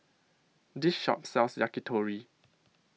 This Shop sells Yakitori